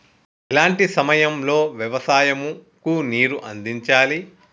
ఎలాంటి సమయం లో వ్యవసాయము కు నీరు అందించాలి?